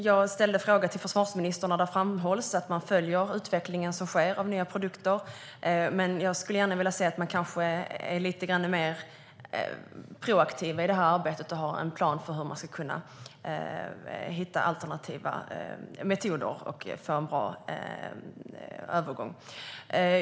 Jag ställde även frågan till försvarsministern, och då framhölls att man följer den utveckling av nya produkter som sker. Jag skulle dock gärna se att man kanske är lite mer proaktiv i det här arbetet och har en plan för hur man ska kunna hitta alternativa metoder för en bra övergång.